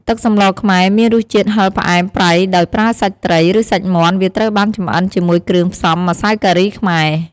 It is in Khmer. ទឹកសម្លខ្មែរមានរសជាតិហឹរផ្អែមប្រៃដោយប្រើសាច់ត្រី ឬសាច់មាន់ វាត្រូវបានចម្អិនជាមួយគ្រឿងផ្សំម្សៅការីខ្មែរ។